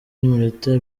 n’iminota